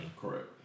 Correct